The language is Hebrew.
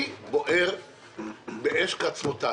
שהתקבלו או שעברו את מבחני הנציבות?